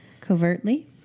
covertly